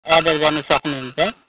order गर्नु सक्नुहुन्छ